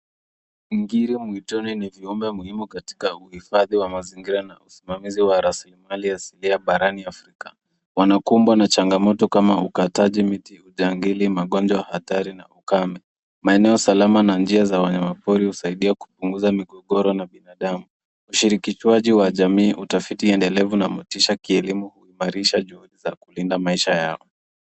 Ngiri mwituni ni viumbe muhimu katika uhifadhi wa mazingira na usimamizi wa rasilmali ya asilia barani afrika. Wanakumbwa na changamoto kama ukataji miti, ujangili, magonjwa hatari na ukame. Maeneo salama na njia za wanyama pori husaidia kupunguza migogoro na binadamu. Ushirikishaji wa jamii, utafiti endelevu na elimu husaidia kulinda maisha yao.